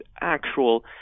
actual